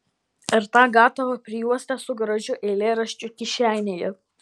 ir tą gatavą prijuostę su gražiu eilėraščiu kišenėje